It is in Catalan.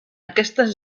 aquestes